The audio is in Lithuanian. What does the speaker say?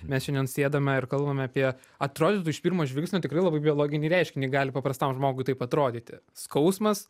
mes šiandien sėdame ir kalbame apie atrodytų iš pirmo žvilgsnio tikrai labai biologinį reiškinį gali paprastam žmogui taip atrodyti skausmas